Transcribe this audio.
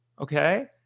Okay